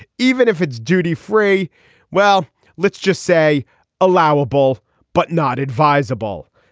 even if it's duty free well let's just say allowable but not advisable.